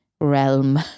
realm